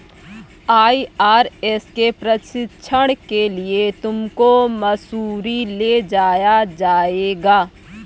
IRS के प्रशिक्षण के लिए तुमको मसूरी ले जाया जाएगा